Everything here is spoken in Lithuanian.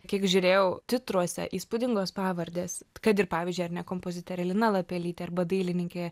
kiek žiūrėjau titruose įspūdingos pavardės kad ir pavyzdžiui ar ne kompozitorė lina lapelytė arba dailininkė